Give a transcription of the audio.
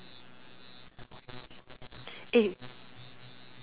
eh